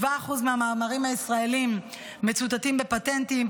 7% מהמאמרים הישראליים מצוטטים בפטנטים,